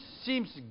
seems